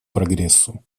прогрессу